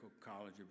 College